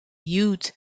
youth